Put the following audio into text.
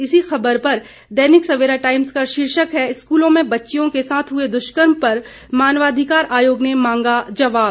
इसी खबर पर दैनिक सवेरा टाइम्स का शीर्षक है स्कूलों में बच्चियों के साथ हुए दुष्कर्म पर मानवाधिकार आयोग ने मांगा जवाब